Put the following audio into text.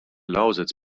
lausitz